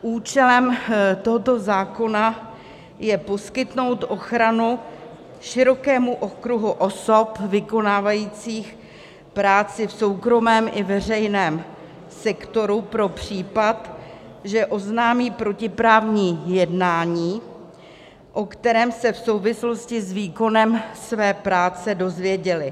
Účelem tohoto zákona je poskytnout ochranu širokému okruhu osob vykonávajících práci v soukromém i veřejném sektoru pro případ, že oznámí protiprávní jednání, o kterém se v souvislosti s výkonem své práce dozvěděly.